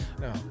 no